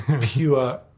pure